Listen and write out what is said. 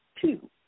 two